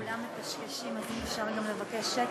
אני מבקש שקט,